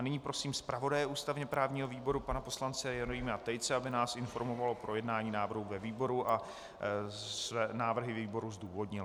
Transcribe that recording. Nyní prosím zpravodaje ústavněprávního výboru pana poslance Jeronýma Tejce, aby nás informoval o projednání návrhu ve výboru a návrhy výboru zdůvodnil.